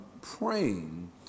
praying